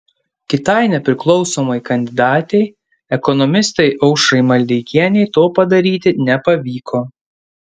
kitai nepriklausomai kandidatei ekonomistei aušrai maldeikienei to padaryti nepavyko